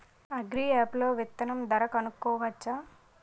Agri app లో విత్తనం ధర కనుకోవచ్చా?